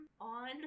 on